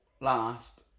last